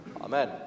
Amen